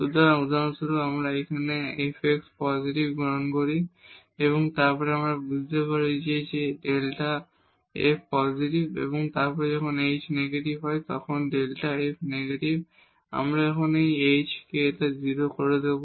সুতরাং উদাহরণস্বরূপ এখানে যদি আমরা fx পজিটিভ গ্রহণ করি এবং তারপর আমরা বুঝতে পারি যে এই Δ f পজিটিভ এবং তারপর যখন h নেগেটিভ তখন Δ f নেগেটিভ যখন আমরা এই h k কে 0 হতে দেব